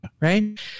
Right